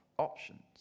Options